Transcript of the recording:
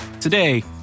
Today